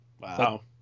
Wow